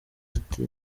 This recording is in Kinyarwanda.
ati